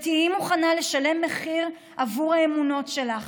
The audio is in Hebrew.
ותהיי מוכנה לשלם מחיר עבור האמונות שלך.